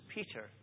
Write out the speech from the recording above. Peter